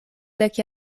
dek